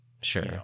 Sure